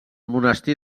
monestir